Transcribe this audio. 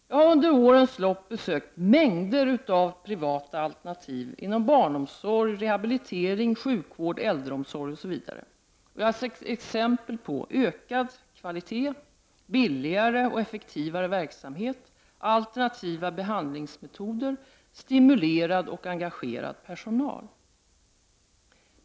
Jag har under årens lopp besökt mängder av privata alternativ inom barnomsorg, rehabilitering, sjukvård, äldreomsorg, osv. Jag har sett exempel på ökad kvalitet, billigare och effektivare verksamhet, alternativa behandlingsmetoder, stimulerad och engagerad personal.